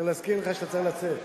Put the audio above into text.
צריך להזכיר לך שאתה צריך לצאת.